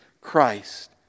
Christ